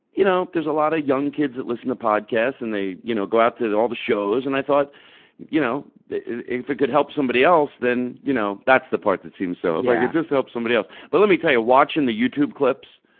you know, there's a lot of young kids that listen to podcasts and they you know go out to all the shows, and i thought you know if it could help somebody else, then you know that's the part that seems so if i could just help somebody else. but let me tell you, watching the youtube clips,